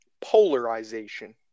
polarization